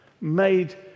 made